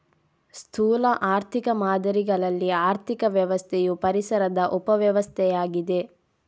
ಸ್ಥೂಲ ಆರ್ಥಿಕ ಮಾದರಿಗಳಲ್ಲಿ ಆರ್ಥಿಕ ವ್ಯವಸ್ಥೆಯು ಪರಿಸರದ ಉಪ ವ್ಯವಸ್ಥೆಯಾಗಿದೆ